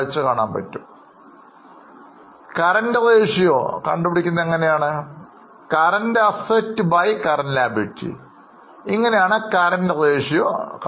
current ratio എന്നാൽ Current Assetകളെ Current Liabilities ആയി ഹരിക്കുകയാണ് ചെയ്യേണ്ടത്